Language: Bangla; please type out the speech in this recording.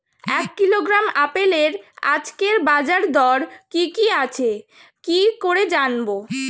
এক কিলোগ্রাম আপেলের আজকের বাজার দর কি কি আছে কি করে জানবো?